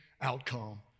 outcome